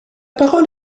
parole